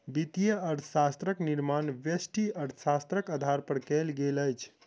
वित्तीय अर्थशास्त्रक निर्माण व्यष्टि अर्थशास्त्रक आधार पर कयल गेल अछि